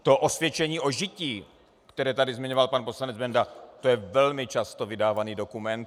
To osvědčení o žití, které tady zmiňoval pan poslanec Benda, je velmi často vydávaný dokument.